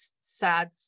sad